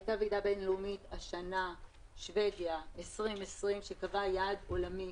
הייתה ועידה בין-לאומית השנה 2020 בשבדיה שקבעה יעד עולמי.